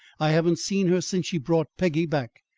i haven't seen her since she brought peggy back.